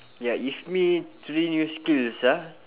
ya if me three new skills ah